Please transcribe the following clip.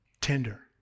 Tender